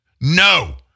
no